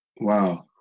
Wow